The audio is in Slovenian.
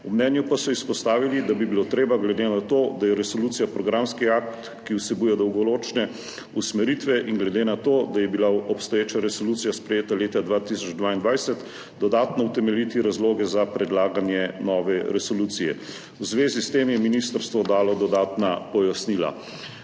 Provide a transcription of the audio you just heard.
v mnenju pa so izpostavili, da bi bilo treba glede na to, da je resolucija programski akt, ki vsebuje dolgoročne usmeritve, in glede na to, da je bila obstoječa resolucija sprejeta leta 2022, dodatno utemeljiti razloge za predlaganje nove resolucije. V zvezi s tem je ministrstvo dalo dodatna pojasnila.